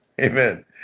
Amen